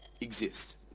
exist